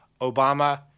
Obama